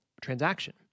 transaction